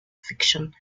fiction